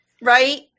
right